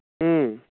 ꯎꯝ